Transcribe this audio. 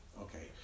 Okay